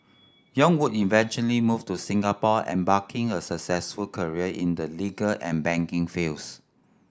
yong would eventually move to Singapore embarking a successful career in the legal and banking fields